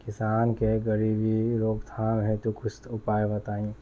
किसान के गरीबी रोकथाम हेतु कुछ उपाय बताई?